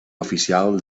oficial